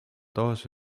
taas